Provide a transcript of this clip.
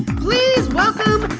please welcome